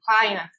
client